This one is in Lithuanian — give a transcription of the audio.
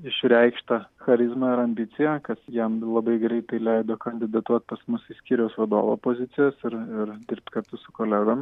išreikštą charizmą ir ambiciją kad jam labai greitai leido kandidatuot pas mus į skyriaus vadovo pozicijas ir ir dirbt kartu su kolegom